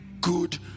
good